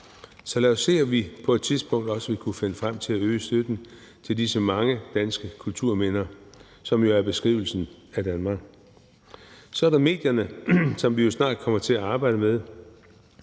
Så lad os se, om vi på et tidspunkt også vil kunne finde frem til at øge støtten til disse mange danske kulturminder, som jo er beskrivelsen af Danmark. Så er der medierne, som vi jo snart kommer til at arbejde med.